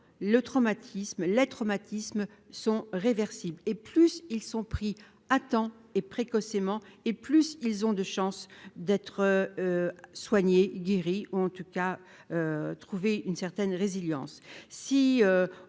le traumatisme lait traumatisme sont réversibles et plus ils sont pris à temps et précocement et plus ils ont de chances d'être soigné, guéri, en tout cas trouver une certaine résilience si on